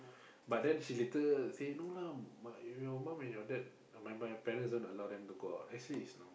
but then she later say no lah my your mum and your dad my my parents don't allow them to go out actually is no